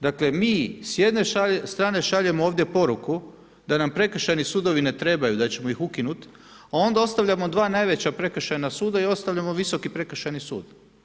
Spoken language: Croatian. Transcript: Dakle mi s jedne strane šaljemo ovdje poruku da nam prekršajni sudovi ne trebaju, da ćemo ih ukinuti a onda ostavljamo dva najveća prekršajna suda i ostavljamo Visoki prekršajni sud.